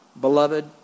Beloved